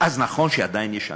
אז נכון שעדיין יש עניים,